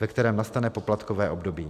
ve kterém nastane poplatkové období.